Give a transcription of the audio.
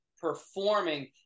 performing